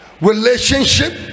relationship